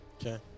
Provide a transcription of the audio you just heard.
okay